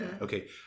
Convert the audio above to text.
Okay